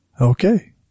Okay